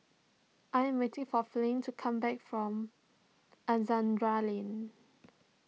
I am waiting for Flint to come back from Alexandra Lane